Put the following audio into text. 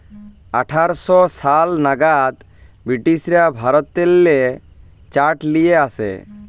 আঠার শ সাল লাগাদ বিরটিশরা ভারতেল্লে চাঁট লিয়ে আসে